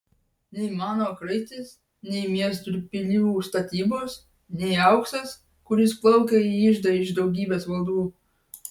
nei mano kraitis nei miestų ir pilių statybos nei auksas kuris plaukia į iždą iš daugybės valdų